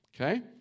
Okay